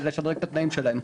לשדרג את התנאים שלהם.